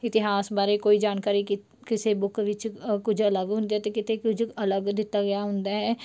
ਇਤਿਹਾਸ ਬਾਰੇ ਕੋਈ ਜਾਣਕਾਰੀ ਕਿ ਕਿਸੇ ਬੁੱਕ ਵਿੱਚ ਕੁਝ ਅਲੱਗ ਹੁੰਦੇ ਅਤੇ ਕਿਤੇ ਕੁਝ ਅਲੱਗ ਦਿੱਤਾ ਗਿਆ ਹੁੰਦਾ ਹੈ